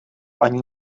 ani